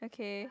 okay